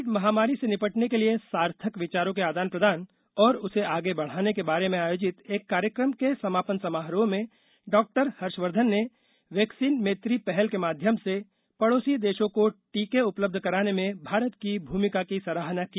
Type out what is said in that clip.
Covid महामारी से निपटने के लिए सार्थक विचारों के आदान प्रदान और उसे आगे बढ़ाने के बारे में आयोजित एक कार्यक्रम के समापन समारोह में डॉक्टर हर्षवर्धन ने वैक्सीन मैत्री पहल के माध्यम से पड़ोसी देशों को टीके उपलब्ध कराने में भारत की भूमिका की सराहना की